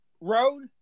road